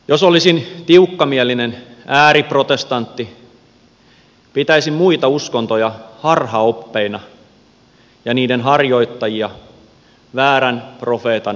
jos olisin tiukkamielinen ääriprotestantti pitäisin muita uskontoja harhaoppeina ja niiden harjoittajia väärän profeetan palvelijoina